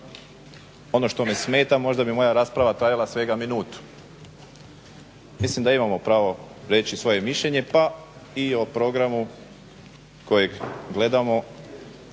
ono što me smeta možda bi moja rasprava trajala svega minutu. Mislim da imamo pravo reći svoje mišljenje, pa i o programu kojeg gledamo